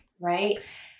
right